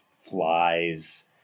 flies